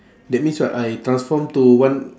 that means what I transform to one